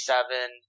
Seven